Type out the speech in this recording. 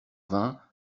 vingt